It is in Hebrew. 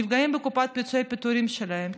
נפגעים בקופת פיצויי הפיטורין שלהם,